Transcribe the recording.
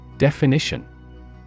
Definition